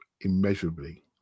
immeasurably